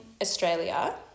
Australia